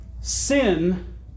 Sin